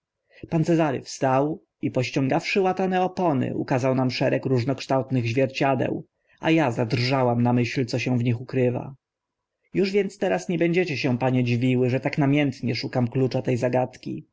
pan cezary wstał i pościągawszy łatane opony ukazał nam szereg różnokształtnych zwierciadeł a a zadrżałam na myśl co się w nich ukrywa już więc teraz nie będziecie się panie dziwiły że tak namiętnie szukam klucza te zagadki